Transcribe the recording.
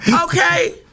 Okay